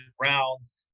rounds